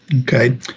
Okay